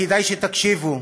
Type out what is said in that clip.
כדאי שתקשיבו.